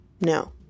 No